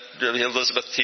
Elizabeth